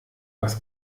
was